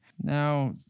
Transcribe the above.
Now